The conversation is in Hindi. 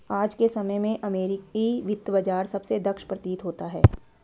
आज के समय में अमेरिकी वित्त बाजार सबसे दक्ष प्रतीत होता है